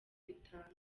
bitanga